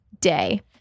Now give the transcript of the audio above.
day